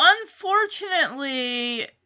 unfortunately